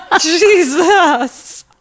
Jesus